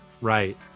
Right